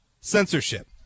Censorship